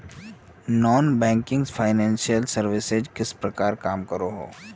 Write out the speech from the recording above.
Non banking financial services किस प्रकार काम करोहो?